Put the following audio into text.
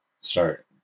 start